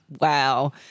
wow